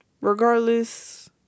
Regardless